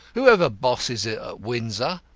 whoever bosses it at windsor.